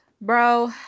bro